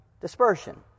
dispersion